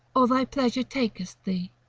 or thy pleasure takes thee,